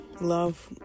Love